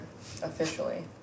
officially